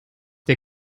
der